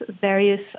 various